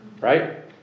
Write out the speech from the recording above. right